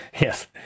Yes